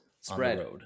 spread